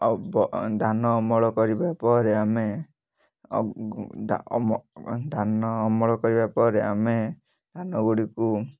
ଅବ ଧାନ ଅମଳ କରିବା ପରେ ଆମେ ଧାନ ଅମଳ କରିବା ପରେ ଆମେ ଧାନଗୁଡ଼ିକୁ